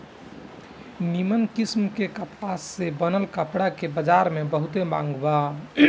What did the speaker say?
निमन किस्म के कपास से बनल कपड़ा के बजार में बहुते मांग बा